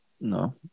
no